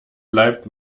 bleibt